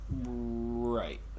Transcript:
Right